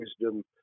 wisdom